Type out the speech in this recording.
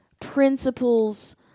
principles